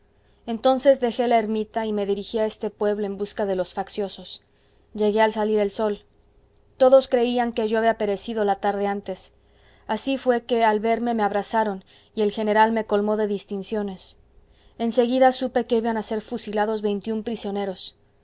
entonces dejé la ermita y me dirigí a este pueblo en busca de los facciosos llegué al salir el sol todos creían que yo había perecido la tarde antes así fué que al verme me abrazaron y el general me colmó de distinciones en seguida supe que iban a ser fusilados veintiún prisioneros